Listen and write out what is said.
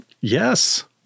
Yes